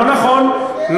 לא נכון.